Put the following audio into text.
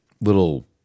little